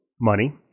money